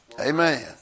amen